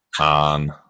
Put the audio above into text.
on